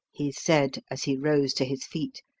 he said, as he rose to his feet.